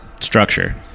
structure